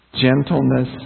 gentleness